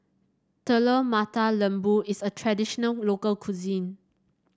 Telur Mata Lembu is a traditional local cuisine